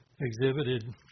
exhibited